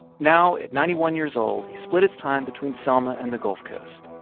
now, at ninety one years old, he split his time between selma and the gulf coast.